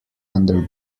under